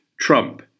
Trump